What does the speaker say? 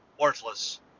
worthless